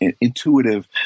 intuitive